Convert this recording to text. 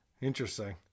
Interesting